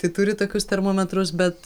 tai turi tokius termometrus bet